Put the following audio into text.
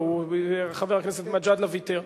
חבר הכנסת מג'אדלה ויתר.